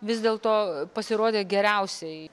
vis dėlto pasirodė geriausiai